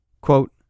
Quote